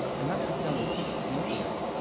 and that might sound a little bit familiar,